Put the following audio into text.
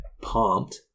pumped